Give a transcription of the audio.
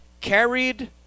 carried